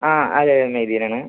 ആ അതെ മെയ്തീൻ ആണ്